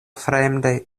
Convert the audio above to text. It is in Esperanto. fremdaj